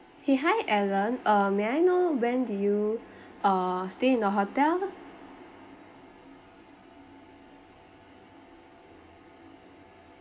K hi alan uh may I know when did you uh stay in the hotel